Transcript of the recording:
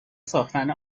ساختن